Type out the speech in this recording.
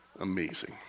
amazing